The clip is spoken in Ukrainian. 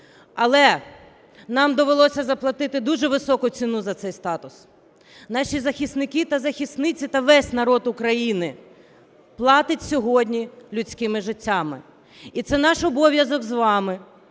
Але нам довелося заплатити дуже високу ціну за цей статус. Наші захисники та захисниці та весь народ України платять сьогодні людськими життями. І це наш обов'язок з вами